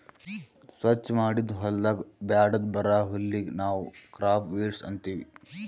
ಸ್ವಚ್ ಮಾಡಿದ್ ಹೊಲದಾಗ್ ಬ್ಯಾಡದ್ ಬರಾ ಹುಲ್ಲಿಗ್ ನಾವ್ ಕ್ರಾಪ್ ವೀಡ್ಸ್ ಅಂತೀವಿ